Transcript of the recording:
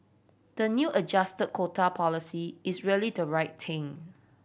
the new adjust quota policy is really the right thing